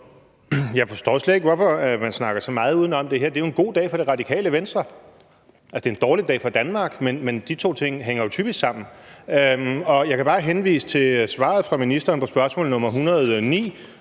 Jeg forstår slet ikke, hvorfor man snakker så meget udenom. Det her er jo en god dag for Det Radikale Venstre; det er en dårlig dag for Danmark – men de to ting hænger jo typisk sammen. Jeg kan bare henvise til svaret fra ministeren på spørgsmål nr. 109,